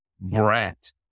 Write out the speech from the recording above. Brat